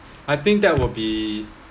I think that will be